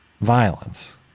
violence